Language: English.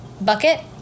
bucket